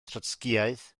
trotscïaeth